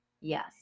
Yes